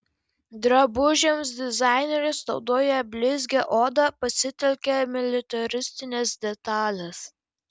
drabužiams dizaineris naudoja blizgią odą pasitelkia militaristines detales